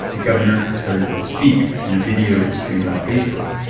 the governor started to speak in a video streamed on facebook,